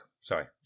Sorry